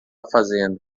fazendo